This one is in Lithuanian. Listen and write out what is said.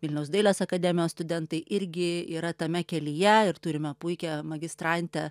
vilniaus dailės akademijos studentai irgi yra tame kelyje ir turime puikią magistrantę